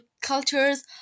cultures